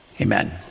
Amen